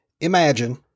Imagine